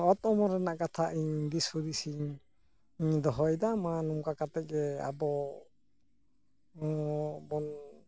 ᱚᱛ ᱚᱢᱚᱱ ᱨᱮᱱᱟᱜ ᱠᱟᱛᱷᱟ ᱤᱧ ᱫᱤᱥ ᱦᱩᱫᱤᱥᱤᱧ ᱫᱚᱦᱚᱭᱮᱫᱟ ᱢᱟ ᱱᱚᱝᱠᱟ ᱠᱟᱛᱮᱫ ᱜᱮ ᱟᱫᱚ ᱵᱚᱱ